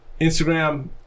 Instagram